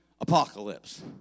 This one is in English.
apocalypse